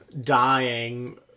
dying